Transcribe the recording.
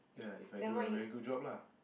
ya if I do a very good job lah